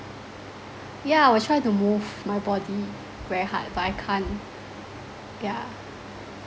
yeah I will try to move my body very hard but I can't yeah